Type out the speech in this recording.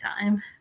time